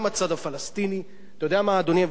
גם הצד הפלסטיני, אתה יודע מה, אדוני?